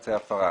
כמבצע הפרה אחת,